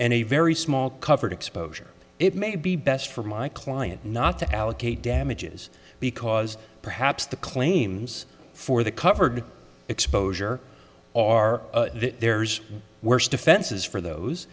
and a very small covered exposure it may be best for my client not to allocate damages because perhaps the claims for the covered exposure are there's worse defenses for those